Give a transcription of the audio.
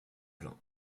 plein